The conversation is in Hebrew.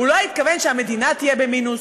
הוא לא התכוון שהמדינה תהיה במינוס,